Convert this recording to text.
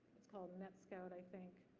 it's called netscout, i think,